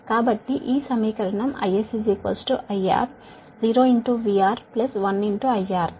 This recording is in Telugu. కాబట్టి ఈ సమీకరణం IS IR 0 VR 1 IR